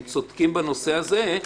הם צודקים בנושא הזה.